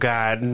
God